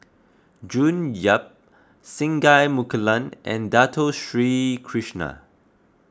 June Yap Singai Mukilan and Dato Sri Krishna